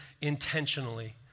intentionally